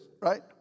right